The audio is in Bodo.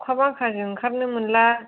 अखा बांखाजों ओंखारनो मोनला